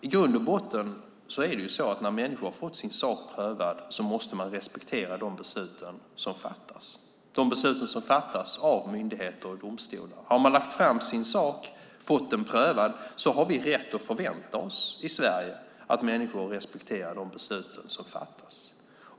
I grund och botten är det så att när människor har fått sin sak prövad måste de respektera de beslut som fattas av myndigheter och domstolar. Har de lagt fram sin sak och fått den prövad har vi rätt att förvänta oss i Sverige att människor respekterar de beslut som fattas.